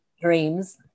dreams